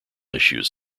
issues